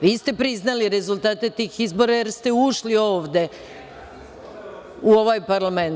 Vi ste priznali rezultate tih izbora jer ste ušli ovde u ovaj parlament.